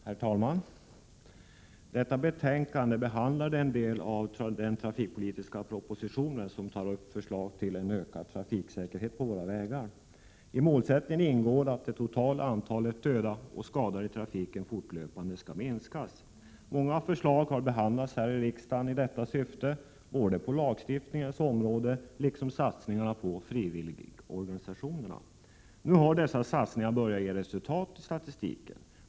Herr talman! Detta betänkande behandlar den del av den trafikpolitiska propositionen som tar upp förslag till en ökad trafiksäkerhet på våra vägar. I målsättningen ingår att det totala antalet dödade och skadade i trafiken fortlöpande skall minskas. Många förslag har behandlats här i riksdagen i detta syfte, såväl när det gäller lagstiftningen som när det gäller satsningarna på frivilligorganisationerna. Nu har dessa satsningar börjat ge resultat i statistiken.